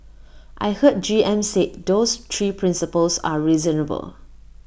I heard G M said those three principles are reasonable